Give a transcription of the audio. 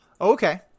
Okay